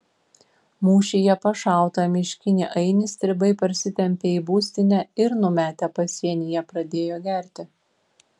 mūšyje pašautą miškinį ainį stribai parsitempė į būstinę ir numetę pasienyje pradėjo gerti